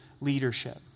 leadership